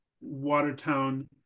Watertown